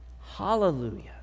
Hallelujah